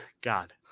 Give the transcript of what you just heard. God